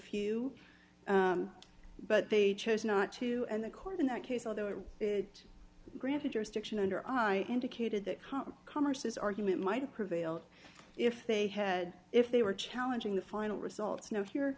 you but they chose not to and the court in that case although it did granted jurisdiction under i indicated that commerce his argument might prevail if they had if they were challenging the final results now here